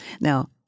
Now